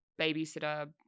babysitter